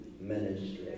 ministry